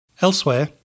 Elsewhere